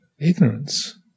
ignorance